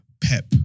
Pep